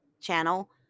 channel